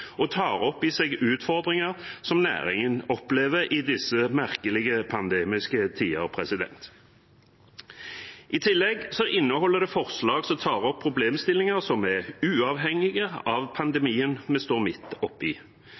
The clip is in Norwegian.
og tar opp i seg utfordringer som næringen opplever i disse merkelige, pandemiske tider. I tillegg inneholder det forslag som tar opp problemstillinger som er uavhengige av pandemien vi står midt